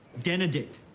denedict?